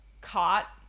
Caught